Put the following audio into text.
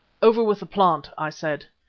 over with the plant! i said.